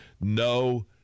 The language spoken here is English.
no